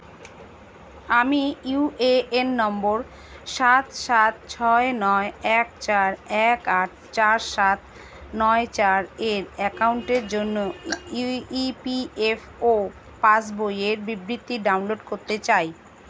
আমি U A N number সাত সাত ছয় নয় এক চার এক আট চার সাত নয় চার এর অ্যাকাউন্টের জন্য ই পি এফ ও পাসবইয়ের বিবৃতি ডাউনলোড করতে চাই